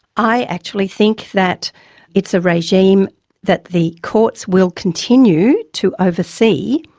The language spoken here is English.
i actually think that it's a regime that the courts will continue to oversee,